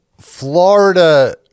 florida